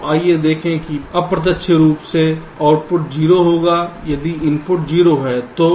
तो आइए देखते हैं कि अप्रत्यक्ष रूप से आउटपुट 0 होगा यदि दोनों इनपुट 0 हैं तो